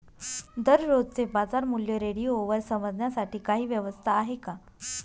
दररोजचे बाजारमूल्य रेडिओवर समजण्यासाठी काही व्यवस्था आहे का?